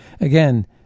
Again